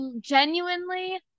genuinely